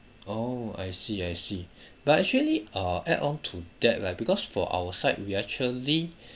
oh I see I see but actually uh add on to that right because for our side we actually